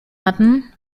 hatten